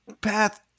path